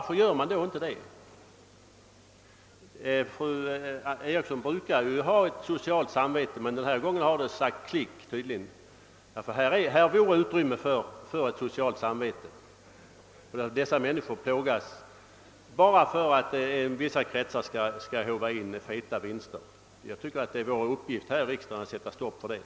Fru Eriksson i Stockholm brukar ha ett socialt samvete, men denna gång har det tydligen inte fungerat. Här finns annars gott utrymme för ett socialt samvete. Dessa människor får plågas bara för att man inom vissa kretsar skall kunna håva in feta vinster. Jag tycker att det borde vara vår uppgift här i riksdagen att sätta stopp för detta.